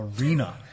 arena